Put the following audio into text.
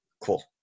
cool